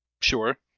Sure